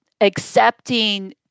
accepting